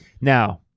now